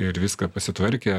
ir viską pasitvarkę